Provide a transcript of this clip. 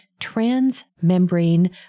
transmembrane